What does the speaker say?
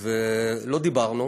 ולא דיברנו,